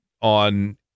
on